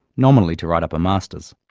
nominally to write up a masters.